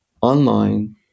online